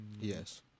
Yes